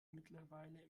mittlerweile